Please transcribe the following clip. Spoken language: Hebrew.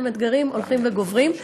הם אתגרים הולכים וגוברים.